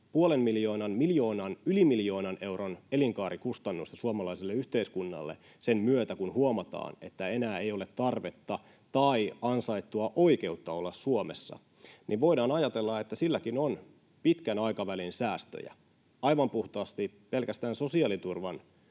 puolen miljoonan, miljoonan, yli miljoonan euron elinkaarikustannusta suomalaiselle yhteiskunnalle sen myötä, kun huomataan, että enää ei ole tarvetta tai ansaittua oikeutta olla Suomessa. Voidaan ajatella, että siitäkin on pitkän aikavälin säästöjä aivan puhtaasti pelkästään sosiaaliturvan